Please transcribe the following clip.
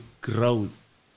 growth